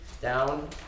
down